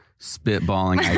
spitballing